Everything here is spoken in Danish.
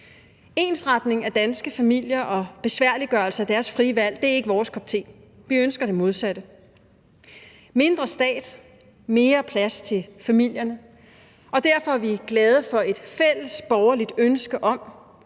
Ensretning af danske familier og besværliggørelse af deres frie valg er ikke vores kop te. Vi ønsker det modsatte: mindre stat og mere plads til familierne. Derfor er vi glade for, at der er et fælles borgerligt ønske om,